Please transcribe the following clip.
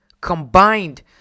Combined